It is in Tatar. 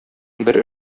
бер